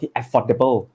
affordable